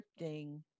scripting